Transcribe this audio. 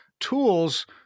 Tools